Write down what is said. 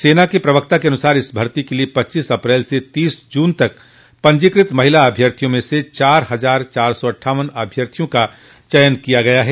सेना के प्रवक्ता के अनुसार इस भर्ती के लिये पच्चीस अप्रैल से तीस जून तक पंजीकृत महिला अभ्यर्थियों में से चार हजार चार सौ अट्ठावन अभ्यर्थियों का चयन किया गया है